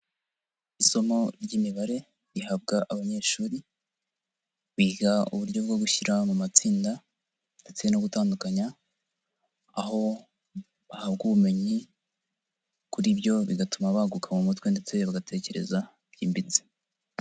Isomo ry'imibare rihabwa abanyeshuri, biga uburyo bwo gushyira mu matsinda ndetse no gutandukanya, aho bahabwa ubumenyi kuri byo bigatuma baguka mu mutwe ndetse bagatekereza byimbitse.